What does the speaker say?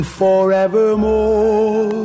forevermore